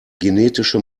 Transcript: genetische